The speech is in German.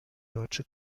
deutsche